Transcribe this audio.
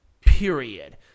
period